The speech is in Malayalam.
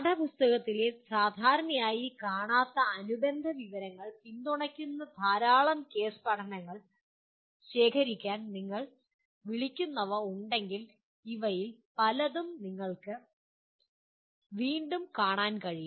പാഠപുസ്തകങ്ങളിൽ സാധാരണയായി കാണാത്ത അനുബന്ധ വിവരങ്ങൾ പിന്തുണയ്ക്കുന്ന ധാരാളം കേസ് പഠനങ്ങൾ ശേഖരിക്കുന്നുണ്ടെങ്കിൽ ഇവയിൽ പലതും നിങ്ങൾക്ക് വീണ്ടും കാണാൻ കഴിയും